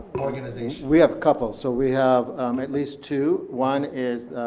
organization. we have a couple. so we have at least two. one is